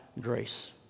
grace